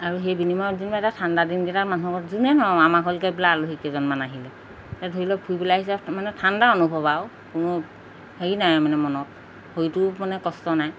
আৰু সেই বিনিময়ৰ দিনবো এটা ঠাণ্ডা দিনকেইটা মানুহক যোনে নহ আমাৰ ঘৰলৈকে এইবিলাক আলহী কেইজনমান আহিলে ধৰি লওক ফুৰিবলৈ আহিছে মানে ঠাণ্ডা অনুভৱ আৰু কোনো হেৰি নাই মানে মনত সেইটোও মানে কষ্ট নাই